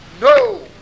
No